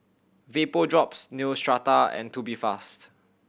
Vapodrops Neostrata and Tubifast